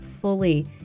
fully